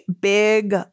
big